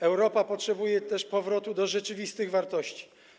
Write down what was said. Europa potrzebuje też powrotu do rzeczywistych wartości.